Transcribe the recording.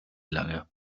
lange